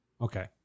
Okay